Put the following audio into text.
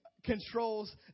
Controls